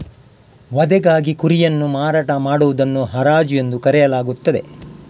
ವಧೆಗಾಗಿ ಕುರಿಗಳನ್ನು ಮಾರಾಟ ಮಾಡುವುದನ್ನು ಹರಾಜು ಎಂದು ಕರೆಯಲಾಗುತ್ತದೆ